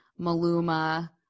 Maluma